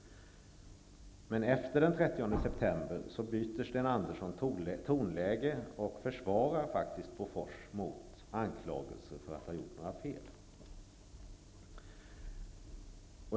Men efter den 30 september bytte Sten Andersson tonläge och försvarade faktiskt Bofors mot anklagelser för att ha gjort några fel.